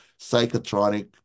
psychotronic